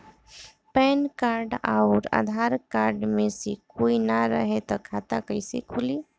Pan card आउर Aadhaar card मे से कोई ना रहे त खाता कैसे खुली?